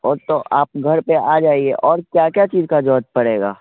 ओह तो आप घर पर आ जाइए और क्या क्या चीज़ की ज़रूरत पड़ेगी